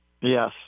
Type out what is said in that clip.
Yes